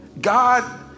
God